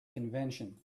convention